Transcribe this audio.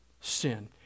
sin